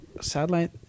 satellite